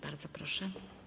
Bardzo proszę.